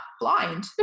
blind